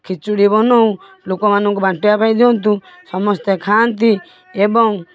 ଖିଚୁଡ଼ି ବନଉ ଲୋକମାନଙ୍କୁ ବାଣ୍ଟିବା ପାଇଁ ଦିଅନ୍ତୁ ସମସ୍ତେ ଖାଆନ୍ତି ଏବଂ